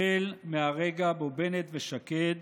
החל מהרגע שבו בנט ושקד